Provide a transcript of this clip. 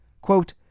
Quote